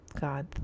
god